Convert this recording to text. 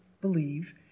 believe